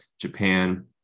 Japan